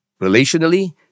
relationally